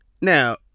Now